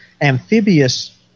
amphibious